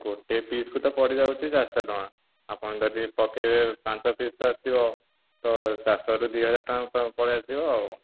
ଗୋଟେ ପିସ୍ କୁ ତ ପଡ଼ିଯାଉଛି ଚାରିଶହ ଟଙ୍କା ଆପଣ ଯଦି ପକାଇବେ ପାଞ୍ଚ ପିସ୍ ଆସିବ ତ ଚାରିଶହରୁ ଦୁଇହଜାର ଟଙ୍କା ପ ପଳାଇଆସିବ ଆଉ